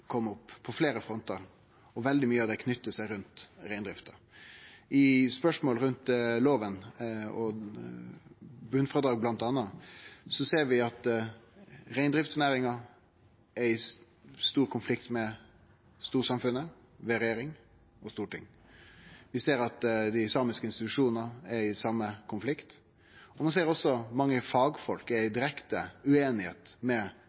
kome opp på fleire frontar. Veldig mykje av det knyter seg til reindrifta. I spørsmål rundt loven og botnfrådrag, bl.a., ser vi at reindriftsnæringa er i stor konflikt med storsamfunnet, ved regjering og storting. Vi ser at dei samiske institusjonane er i den same konflikten, og at mange fagfolk er direkte ueinige i